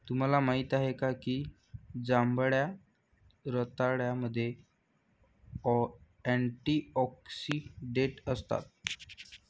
तुम्हाला माहित आहे का की जांभळ्या रताळ्यामध्ये अँटिऑक्सिडेंट असतात?